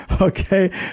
Okay